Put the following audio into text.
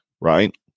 right